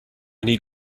need